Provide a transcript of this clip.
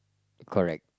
correct